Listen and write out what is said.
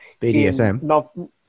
BDSM